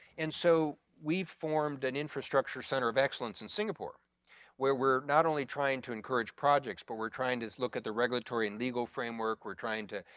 and so we've formed an infrastructure center of excellence in singapore where we're not only trying to encourage projects but we're trying to look at the regulatory and legal framework, we're trying to,